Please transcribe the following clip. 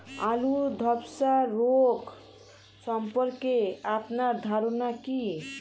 আলু ধ্বসা রোগ সম্পর্কে আপনার ধারনা কী?